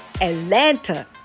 Atlanta